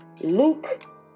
Luke